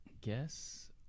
guess